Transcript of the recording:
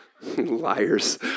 Liars